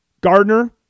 Gardner